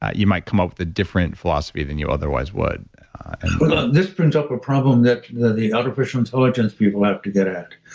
you might come up with a different philosophy than you otherwise would this brings up a problem that the artificial intelligence people have to get at.